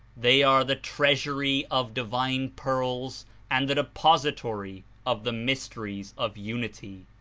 they are the treasury of divine pearls and the depository of the mysteries of unity.